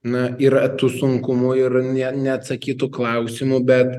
na yra tų sunkumų ir ne neatsakytų klausimų bet